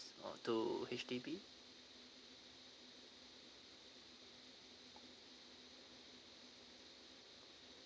to H_D_B